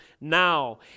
now